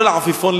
לא לעפיפון,